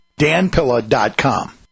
danpilla.com